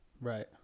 Right